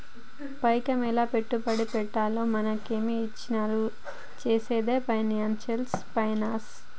పైకం ఎలా పెట్టుబడి పెట్టాలో మనమే ఇచారించి చేసేదే పర్సనల్ ఫైనాన్స్